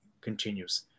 continues